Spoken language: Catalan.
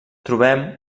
trobem